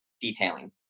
detailing